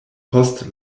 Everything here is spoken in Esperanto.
post